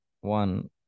One